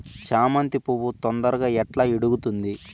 చామంతి పువ్వు తొందరగా ఎట్లా ఇడుగుతుంది?